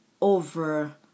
over